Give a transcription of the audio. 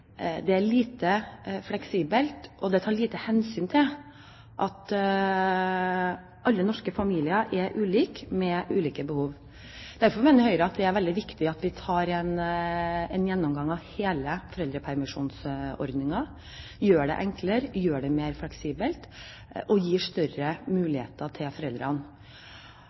det er lite fleksibelt, og det tar lite hensyn til at alle norske familier er ulike med ulike behov. Derfor mener Høyre det er veldig viktig at vi tar en gjennomgang av hele foreldrepermisjonsordningen – gjør systemet enklere, gjør det mer fleksibelt og gir større muligheter til foreldrene.